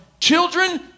Children